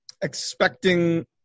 expecting